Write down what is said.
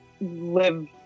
live